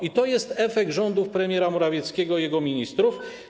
I to jest efekt rządów premiera Morawieckiego i jego ministrów.